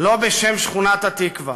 לא בשם שכונת-התקווה.